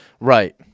Right